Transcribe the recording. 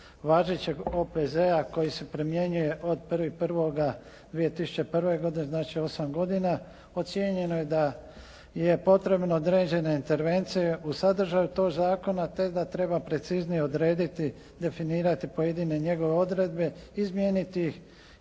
važećeg OPZ-a koji se primjenjuje od 1.1.2001. godine, znači osam godina. Ocijenjeno je da je potrebno određene intervencije u sadržaju tog zakona te da treba preciznije odrediti, definirati pojedine njegove odredbe, izmijeniti ili